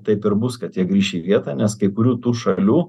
taip ir bus kad jie grįš į vietą nes kai kurių tų šalių